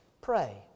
Pray